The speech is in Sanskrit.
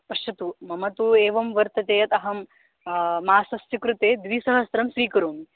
पश्यतु मम तु एवं वर्तते यत् अहं मासस्य कृते द्विसहस्रं स्वीकरोमि